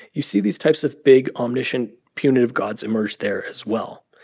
you see these types of big, omniscient, punitive gods emerge there, as well.